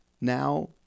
now